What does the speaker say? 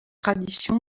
tradition